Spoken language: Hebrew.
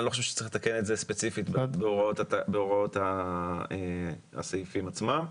אני לא חושב שצריך לתקן את זה ספציפית בהוראות הסעיפים עצמם.